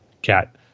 Cat